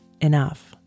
enough